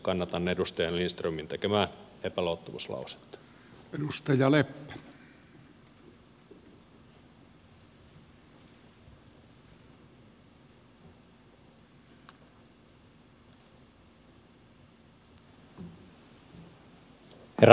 kannatan edustaja lindströmin tekemää epäluottamuslausetta